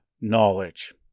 knowledge